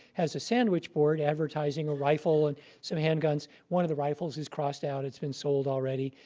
has a sandwich board, advertising a rifle and some handguns. one of the rifles is crossed out. it's been sold already.